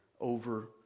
over